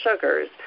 sugars